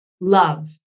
love